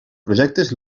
projectes